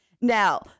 Now